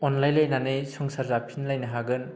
अनलाय लायनानै संसार जाफिन लायनो हागोन